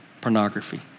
pornography